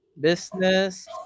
business